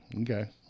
Okay